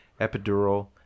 Epidural